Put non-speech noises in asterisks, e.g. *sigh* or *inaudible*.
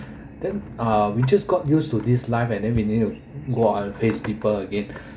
then uh we just got used to this life and then we need to go out face people again *breath*